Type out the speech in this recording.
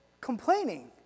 complaining